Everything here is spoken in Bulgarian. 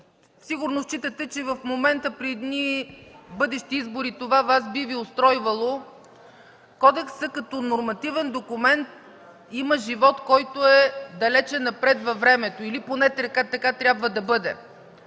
сигурно считате, че в момента при едни бъдещи избори това Вас би Ви устройвало. Кодексът като нормативен документ има живот, който е далече напред във времето, или поне така трябва да бъде.